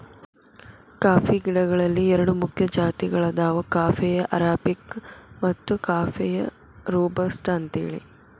coffee ಗಿಡಗಳಲ್ಲಿ ಎರಡು ಮುಖ್ಯ ಜಾತಿಗಳದಾವ ಕಾಫೇಯ ಅರಾಬಿಕ ಮತ್ತು ಕಾಫೇಯ ರೋಬಸ್ಟ ಅಂತೇಳಿ